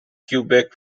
quebec